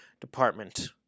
department